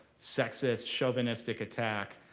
sexist, chauvinistic attack?